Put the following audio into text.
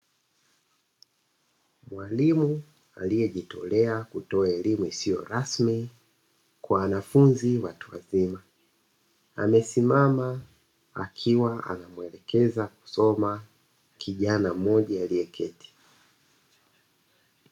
Mwalimu aliyejitolea kutoa elimu isiyo rasmi kwa wanafunzi watu wazima, amesimama akimuelekeza kusoma kijana mmoja aliyeketi.